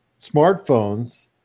smartphones